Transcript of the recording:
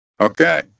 Okay